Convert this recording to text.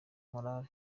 morale